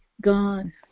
gone